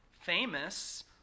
famous